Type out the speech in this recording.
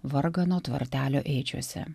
vargano tvartelio ėdžiose